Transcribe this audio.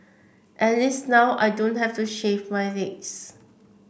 at least now I don't have to shave my legs